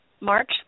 March